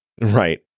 Right